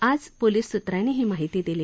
आज पोलीस सुत्रांनी ही माहिती दिली